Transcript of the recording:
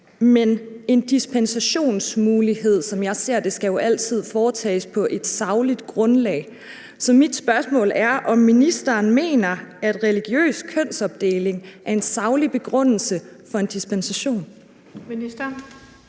Men en dispensation, som jeg ser det, skal jo altid foretages på et sagligt grundlag. Så mit spørgsmål er, om ministeren mener, at religiøs kønsopdeling er en saglig begrundelse for en dispensation. Kl.